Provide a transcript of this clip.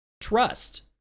trust